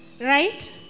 Right